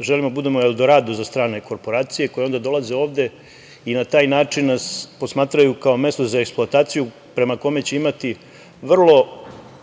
želimo da budemo Eldorado za strane korporacije koje onda dolaze ovde i na taj način nas posmatraju kao mesto za eksploataciju prema kome će imati vrlo